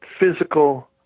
physical